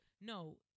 No